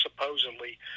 supposedly